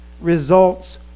results